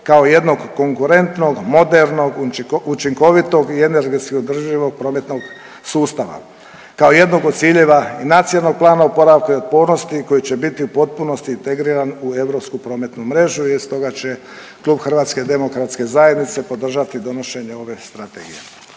kao jednog konkurentnog, modernog, učinkovitog i energetski održivog prometnog sustava kao jednog od ciljeva i Nacionalnog plana oporavka i otpornosti koji će biti u potpunosti integriran u europsku prometnu mrežu i stoga će klub Hrvatske demokratske zajednice podržati donošenje ove strategije.